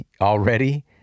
already